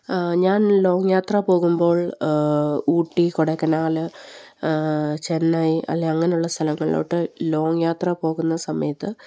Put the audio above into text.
ഞാൻ ലോങ്ങ് യാത്ര പോകുമ്പോൾ ഊട്ടി കൊടക്കനാല് ചെന്നൈ അല്ല അങ്ങനെയുള്ള സ്ഥലങ്ങളിലോട്ട് ലോങ്ങ് യാത്ര പോകുന്ന സമയത്ത്